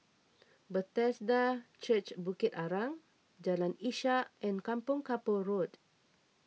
Bethesda Church Bukit Arang Jalan Ishak and Kampong Kapor Road